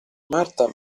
marta